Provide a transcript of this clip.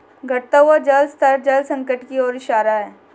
घटता हुआ जल स्तर जल संकट की ओर इशारा है